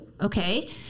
okay